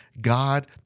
God